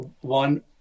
one